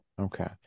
Okay